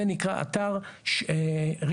זה נקרא אתר רימונים,